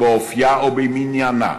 באופייה ובמניינה.